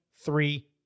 three